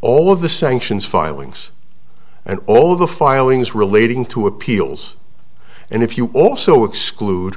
all of the sanctions filings and all the filings relating to appeals and if you also exclude